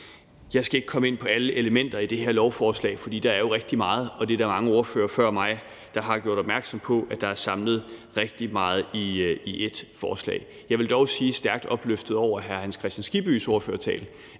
Jeg skal ikke komme ind på alle elementer i det her lovforslag, for der er jo rigtig mange, og der er mange ordførere før mig, der har gjort opmærksom på, at der er samlet rigtig meget i et forslag. Jeg vil dog, stærkt opløftet over hr. Hans Kristian Skibbys ordførertale,